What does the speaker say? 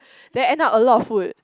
then end up a lot of food